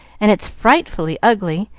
and it's frightfully ugly,